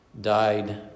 died